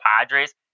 Padres